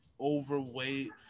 overweight